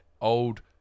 old